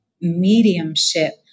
mediumship